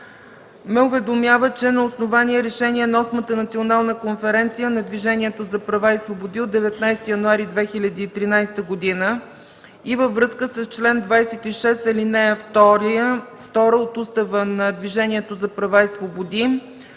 ме уведомява, че на основание Решение на Осмата национална конференция на Движението за права и свободи от 19 януари 2013 г. и във връзка с чл. 26, ал. 2 от Устава на Движението за права и свободи,